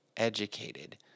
educated